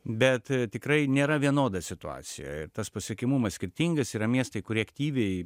bet tikrai nėra vienoda situacija ir tas pasiekiamumas skirtingas yra miestai kurie aktyviai